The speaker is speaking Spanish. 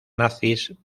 nazis